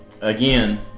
again